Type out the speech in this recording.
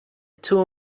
two